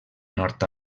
nord